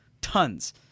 tons